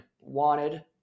Wanted